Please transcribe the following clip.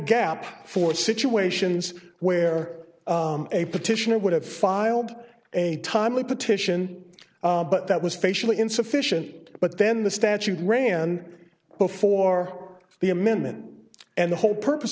gap for situations where a petition would have filed a timely petition but that was facially insufficient but then the statute ran before the amendment and the whole purpose